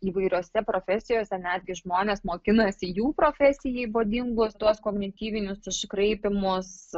įvairiose profesijose netgi žmonės mokinasi jų profesijai būdingus tuos kognityvinius iškraipymus